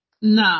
No